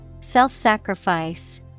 Self-sacrifice